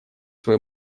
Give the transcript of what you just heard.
свой